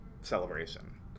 celebration